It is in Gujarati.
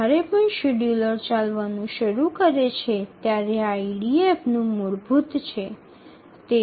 જ્યારે પણ શેડ્યૂલર ચાલવાનું શરૂ કરે છે ત્યારે આ ઇડીએફનું મૂળભૂત છે